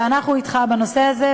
ואנחנו אתך בנושא הזה,